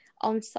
on